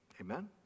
Amen